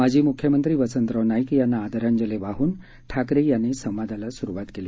माजी म्ख्यमंत्री वसंतराव नाईक यांना आदरांजली वाहन ठाकरे यांनी संवादाला स्रुवात केली